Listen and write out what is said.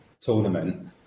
tournament